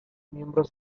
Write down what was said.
miembros